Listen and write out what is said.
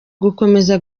gukomeza